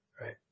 right